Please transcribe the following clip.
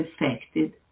affected